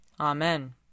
Amen